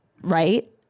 right